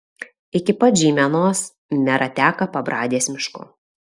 iki pat žeimenos mera teka pabradės mišku